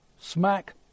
smack